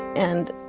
and,